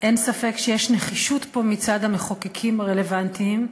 אין ספק שיש נחישות פה מצד המחוקקים הרלוונטיים,